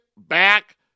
Back